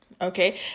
okay